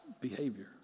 behavior